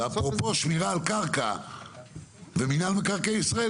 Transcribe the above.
ואפרופו שמירה על הקרקע ומינהל מקרקעי ישראל,